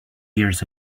years